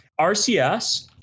rcs